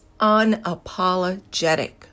unapologetic